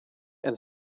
and